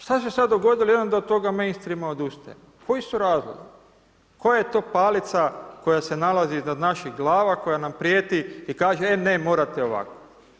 Šta se sada dogodilo da je on toga mainstrema odustaje, koji su razlozi, koja je to palica koja se nalazi iznad naših glava koja nam prijeti i kaže e ne, morate ovako.